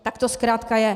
Tak to zkrátka je!